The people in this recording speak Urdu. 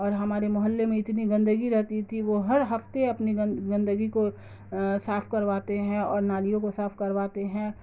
اور ہمارے محلے میں اتنی گندگی رہتی تھی وہ ہر ہفتے اپنی گند گندگی کو صاف کرواتے ہیں اور نالیوں کو صاف کرواتے ہیں